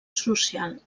social